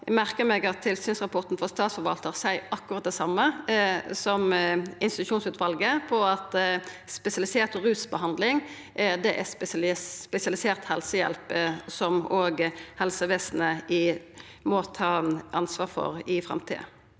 eg meg at tilsynsrapporten frå statsforvaltaren seier akkurat det same som barnevernsinstitusjonsutvalet, at spesialisert rusbehandling er spesialisert helsehjelp, som òg helsevesenet må ta ansvar for i framtida.